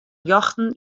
ljochten